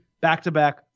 back-to-back